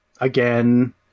again